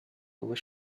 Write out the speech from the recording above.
was